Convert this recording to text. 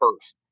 first